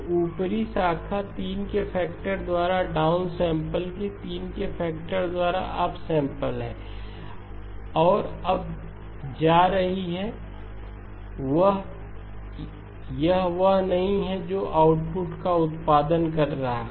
तो ऊपरी शाखा 3 के फैक्टर द्वारा डाउन सैंपल 3 के फैक्टर द्वारा अप सैंपल है और अब जा रही है यह वह नहीं है जो आउटपुट का उत्पादन कर रहा है